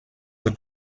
the